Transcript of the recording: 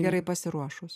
gerai pasiruošus